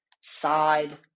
side